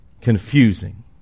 confusing